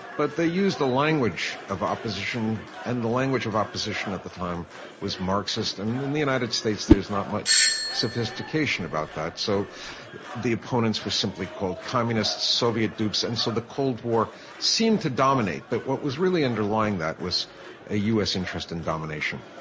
but they used the language of opposition, and the language of opposition at the time was marxist, and in the united states there is not much sophistication about that. so the opponents were simply called communists, soviet dupes, and so the cold war seemed to dominate. but what was really underlying that was a us interest in domination.